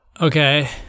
Okay